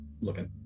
Looking